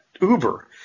Uber